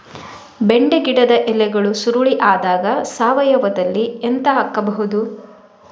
ಬೆಂಡೆ ಗಿಡದ ಎಲೆಗಳು ಸುರುಳಿ ಆದಾಗ ಸಾವಯವದಲ್ಲಿ ಎಂತ ಹಾಕಬಹುದು?